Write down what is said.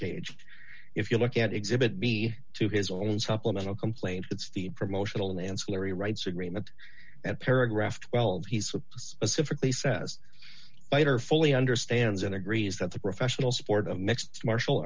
cage if you look at exhibit b to his on supplemental complaint it's the promotional and ancillary rights agreement that paragraph twelve he's specifically says fighter fully understands and agrees that the professional sport of mixed martial